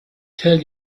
tell